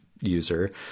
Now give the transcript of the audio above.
user